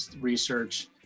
research